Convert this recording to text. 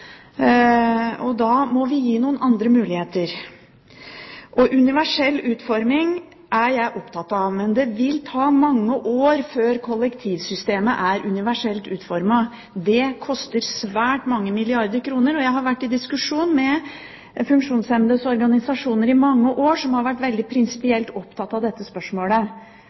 den. Da må vi gi dem noen andre muligheter. Jeg er opptatt av universell utforming, men det vil ta mange år før kollektivsystemet er universelt utformet. Det koster svært mange milliarder kroner. Jeg har vært i diskusjon med funksjonshemmedes organisasjoner i mange år. De har prinsipielt vært veldig opptatt av dette spørsmålet.